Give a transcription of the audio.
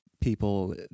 people